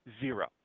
zero